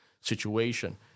situation